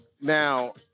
Now